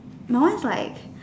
my one is like